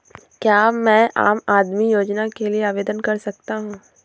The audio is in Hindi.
क्या मैं आम आदमी योजना के लिए आवेदन कर सकता हूँ?